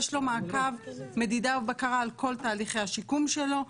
יש לו מעקב מדידה ובקרה על כל תהליכי השיקום שלו.